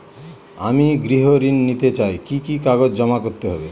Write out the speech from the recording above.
আমি গৃহ ঋণ নিতে চাই কি কি কাগজ জমা করতে হবে?